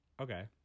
Okay